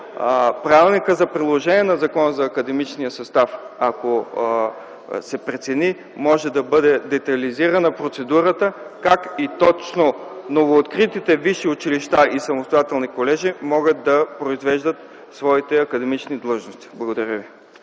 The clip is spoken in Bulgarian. Правилника за приложение на Закона за академичния състав, ако се прецени, процедурата може да бъде детайлизирана - как и точно новооткритите висши училища и самостоятелни колежи могат да произвеждат своите академични длъжности. Благодаря ви.